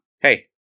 Hey